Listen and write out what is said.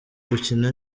gukina